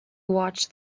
watched